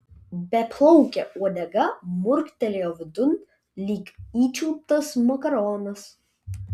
beplaukė uodega murktelėjo vidun lyg įčiulptas makaronas